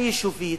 היישובית,